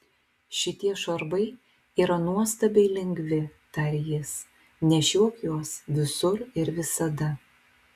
šitie šarvai yra nuostabiai lengvi tarė jis nešiok juos visur ir visada